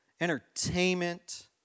entertainment